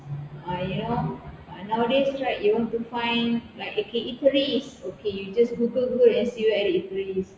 ah you know nowadays try you want to find like okay eateries okay you just google google and see you get eateries